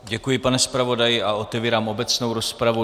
Děkuji, pane zpravodaji a otevírám obecnou rozpravu.